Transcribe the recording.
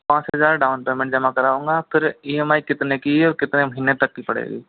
पाँच हजार down payment जमा कराऊंगा फिर ई एम आई कितने की है और कितने महीने तक की पड़ेगी